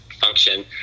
function